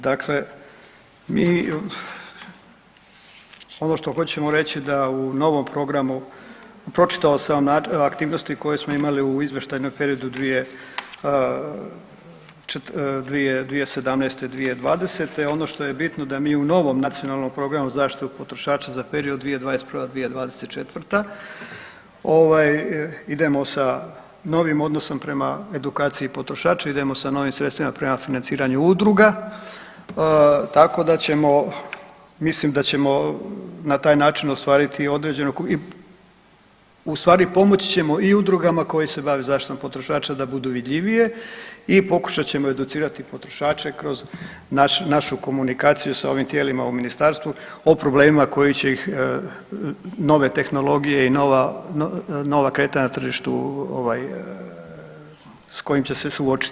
Dakle i ono što hoćemo reći da u novom Programu, pročitao sam aktivnosti koje smo imali u izvještajnom periodu 2017.-2020., ono što je bitno da mi u novom Nacionalnom programu zaštite potrošača za period 2021.-2024., ovaj, idemo sa novim odnosom prema edukaciji potrošača, idemo sa novim sredstvima prema financiranju udruga, tako da ćemo, mislim da ćemo na taj način ostvariti određenu i ustvari pomoći ćemo i udrugama koje se bave zaštitom potrošača da budu vidljivije i pokušat ćemo educirati potrošače kroz našu komunikaciju sa ovim tijelima u Ministarstvu o problemima koji će ih, nove tehnologije i nova kretanja na tržištu s kojim će se suočiti.